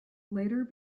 later